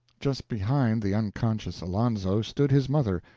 just behind the unconscious alonzo stood his mother,